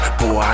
boy